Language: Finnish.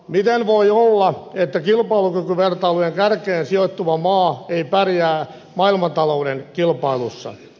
miten voi olla että kilpailukykyvertailujen kärkeen sijoittuva maa ei pärjää maailmantalouden kilpailussa